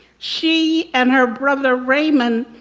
she and her brother, raymond,